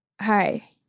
hi